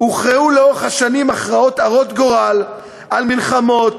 הוכרעו לאורך השנים הכרעות הרות גורל על מלחמות